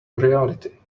reality